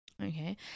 Okay